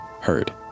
heard